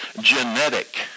genetic